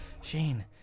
Shane